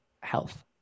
Health